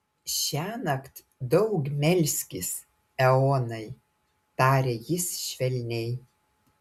šiąnakt daug melskis eonai tarė jis švelniai